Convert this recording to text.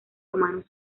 romanos